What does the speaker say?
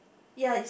ya it's